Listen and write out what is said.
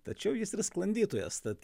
tačiau jis ir sklandytojas tad